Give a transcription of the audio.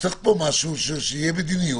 צריכה להיות מדיניות.